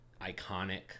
iconic